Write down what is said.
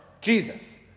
Jesus